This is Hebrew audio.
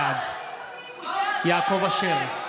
בעד יעקב אשר,